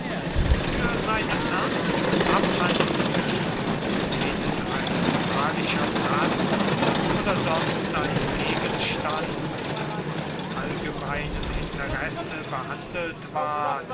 für seine ernsten abhandlungen in denen ein moralischer satz oder sonst ein gegenstand von allgemeinem interesse behandelt ward